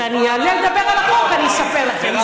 כשאני אעלה לדבר על החוק אני אספר לכם.